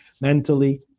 mentally